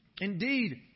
Indeed